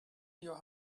your